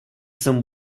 some